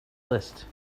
list